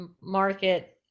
market